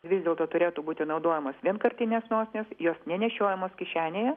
vis dėlto turėtų būti naudojamos vienkartinės nosinės jos nešiojamos kišenėje